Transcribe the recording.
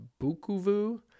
Bukuvu